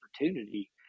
opportunity